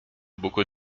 bocaux